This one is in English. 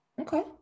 Okay